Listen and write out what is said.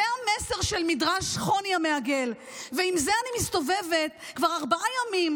זה המסר של מדרש חוני המעגל ועם זה אני מסתובבת כבר ארבעה ימים,